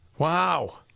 Wow